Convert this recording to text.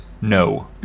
no